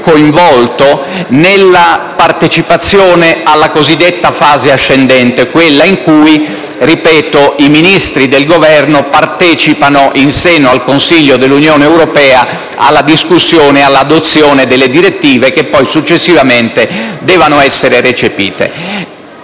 coinvolto nella partecipazione alla cosiddetta fase ascendente, quella in cui - lo ripeto - i Ministri del Governo partecipano in seno al Consiglio dell'Unione europea alla discussione e all'adozione delle direttive che, successivamente, devono essere recepite.